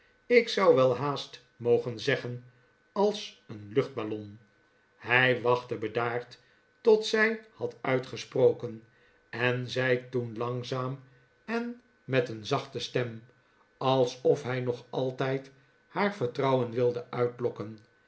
ik zou wel haast mogen zeggen als een luchtballon hij wachtte bedaard tot zij had uitgesproken en zei toen langzaam en met een zachte stem alsof hij nog altijd haar vertrouwen wilde uitlokken